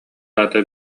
аата